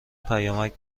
پیامک